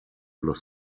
los